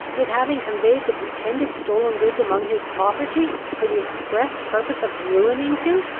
with having conveyed the pretended stolen goods among his property, for the express purpose of ruining him.